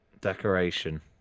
Decoration